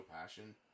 passion